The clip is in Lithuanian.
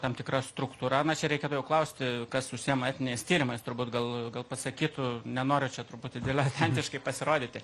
tam tikra struktūra na čia reikia klausti kas užsiėma etniniais tyrimas turbūt gal gal pasakytų nenoriu čia truputį diletantiškai pasirodyti